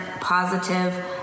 positive